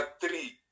three